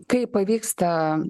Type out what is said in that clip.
kaip pavyksta